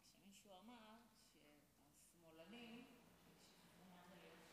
כשמישהו אמר שהשמאלנים שכחו מה זה להיות יהודים.